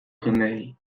jendeei